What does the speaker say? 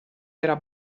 era